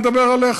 אני מדבר עליך.